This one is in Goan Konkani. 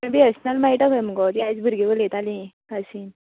थंय बी एस एन अल मेळटा खंय मगो ती आयज भुरगीं उलयताली क्लासीन